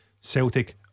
Celtic